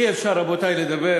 אי-אפשר, רבותי, לדבר